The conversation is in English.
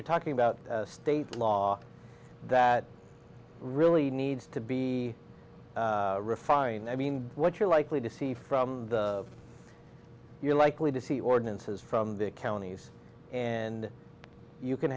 you're talking about state law that really needs to be refined i mean what you're likely to see from the you're likely to see ordinances from the counties and you can